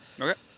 Okay